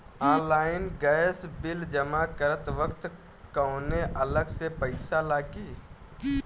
Online gas bill जमा करत वक्त कौने अलग से पईसा लागी?